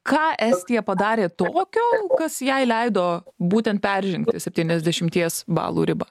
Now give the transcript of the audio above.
ką estija padarė tokio kas jai leido būtent peržengti septyniasdešimties balų ribą